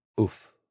oof